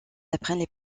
apprennent